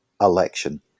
Election